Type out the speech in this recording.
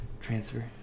Transfer